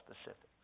specifics